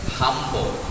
humble